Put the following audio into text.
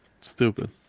Stupid